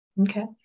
Okay